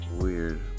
weird